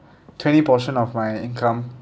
twenty portion of my income